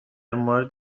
مورد